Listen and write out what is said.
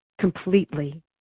completely